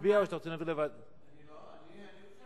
מציע